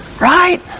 Right